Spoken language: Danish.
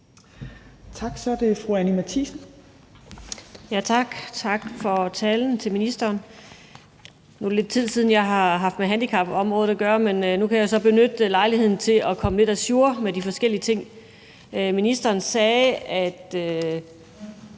tak for talen til ministeren. Det er lidt tid siden, jeg har haft med handicapområdet at gøre, men nu kan jeg så benytte lejligheden til at komme lidt ajour med de forskellige ting. Ministeren sagde, at